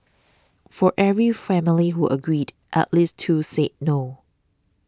for every family who agreed at least two said no